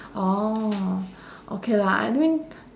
orh okay lah I mean